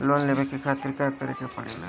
Loan लेवे के खातिर का करे के पड़ेला?